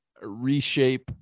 reshape